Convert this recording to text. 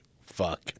fuck